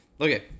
Okay